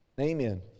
Amen